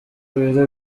biro